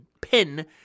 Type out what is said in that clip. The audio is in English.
pin